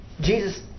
Jesus